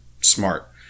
smart